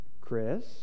Chris